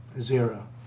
zero